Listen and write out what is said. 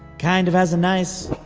kind of has a nice.